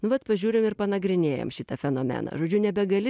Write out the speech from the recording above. nu vat pažiūrim ir panagrinėjam šitą fenomeną žodžiu nebegali